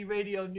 Radio